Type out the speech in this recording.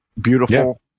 beautiful